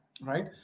right